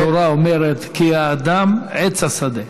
התורה אומרת "כי האדם עץ השדה".